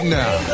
now